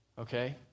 Okay